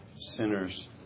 sinners